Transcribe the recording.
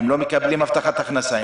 הם לא מקבלים הבטחת הכנסה.